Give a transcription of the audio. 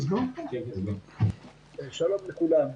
שלום לכולם.